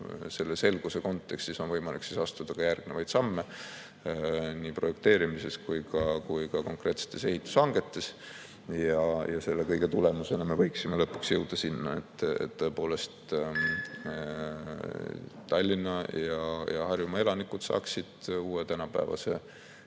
Selle selguse kontekstis on võimalik astuda ka järgnevaid samme nii projekteerimises kui ka konkreetsetes ehitushangetes. Selle kõige tulemusena me võiksime lõpuks jõuda sinna, et tõepoolest Tallinna ja Harjumaa elanikud saaksid uue tänapäevase